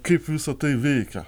kaip visa tai veikia